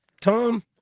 Tom